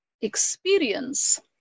experience